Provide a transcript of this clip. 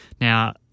Now